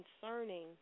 concerning